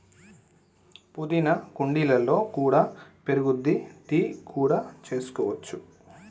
పుదీనా కుండీలలో కూడా పెరుగుద్ది, టీ కూడా చేసుకోవచ్చు